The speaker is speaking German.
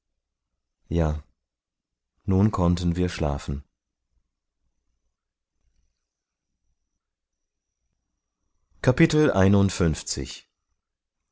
ja nun konnten wir schlafen